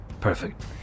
Perfect